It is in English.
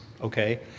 okay